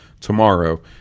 tomorrow